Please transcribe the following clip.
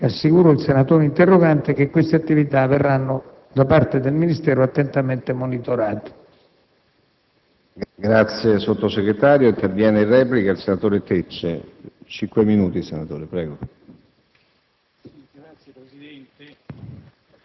di studio e analisi richieste. Assicuro il senatore interrogante che queste attività verranno attentamente monitorate